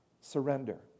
surrender